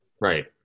Right